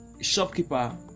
shopkeeper